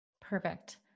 Perfect